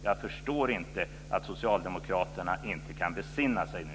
Jag förstår inte att socialdemokraterna inte kan besinna sig nu.